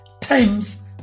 times